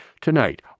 Tonight